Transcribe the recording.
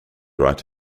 write